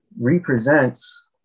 represents